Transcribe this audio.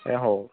ଆଜ୍ଞା ହଉ